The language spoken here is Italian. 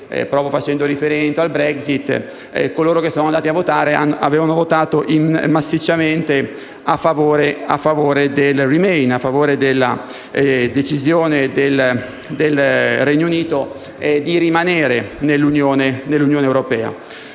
con riferimento alla Brexit, i giovani che erano andati a votare avevano votato massicciamente a favore del *remain*, ossia della decisione del Regno Unito di rimanere nell'Unione europea.